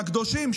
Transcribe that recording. הקדושים,